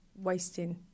wasting